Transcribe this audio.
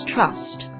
Trust